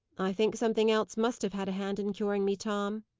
i think something else must have had a hand in curing me, tom.